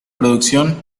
producción